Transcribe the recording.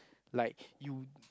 like you